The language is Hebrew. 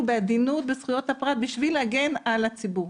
בעדינות בזכויות הפרט בשביל להגן על הציבור.